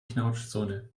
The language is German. knautschzone